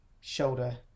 shoulder